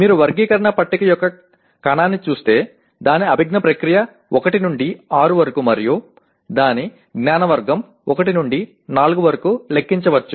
మీరు వర్గీకరణ పట్టిక యొక్క కణాన్ని చూస్తే దాని అభిజ్ఞా ప్రక్రియ 1 నుండి 6 వరకు మరియు దాని జ్ఞాన వర్గం 1 నుండి 4 వరకు లెక్కించవచ్చు